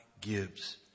gives